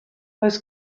oes